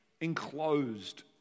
enclosed